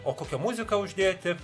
o kokią muziką uždėti